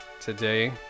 today